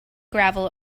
gravel